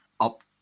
up